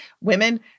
women